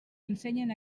ensenyen